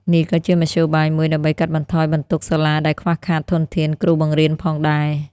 នេះក៏ជាមធ្យោបាយមួយដើម្បីកាត់បន្ថយបន្ទុកសាលាដែលខ្វះខាតធនធានគ្រូបង្រៀនផងដែរ។